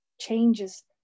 changes